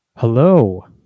Hello